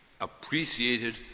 appreciated